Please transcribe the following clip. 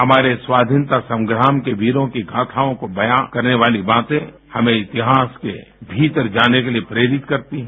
हमारे स्वाधीनता संग्राम के वीरों की गाथाओं को बया करने वाली बातें हमें इतिहास के भीतर जाने के लिए प्रेरित करती है